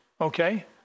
Okay